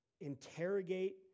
interrogate